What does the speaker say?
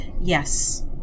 yes